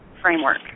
framework